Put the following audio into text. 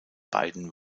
beiden